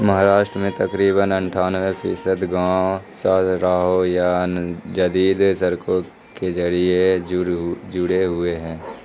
مہاراشٹر میں تقریباً اٹھانوے فیصد گاؤں شاہ راہوں یا جدید سڑکوں کے ذریعے جڑے ہوئے ہیں